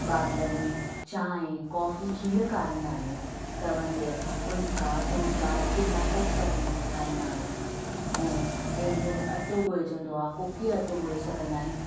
ॿाटलनि में चांहि कॉफी खीरु काढ़ींदा आहियूं तवनि ते असां फुलिका डोडा चिला तक तरींदा ठाहींदा आहियूं ऐं गेंढे में अटो ॻोइजंदो आहे कोकी जो अटो ॻोए सघंदा आहियूं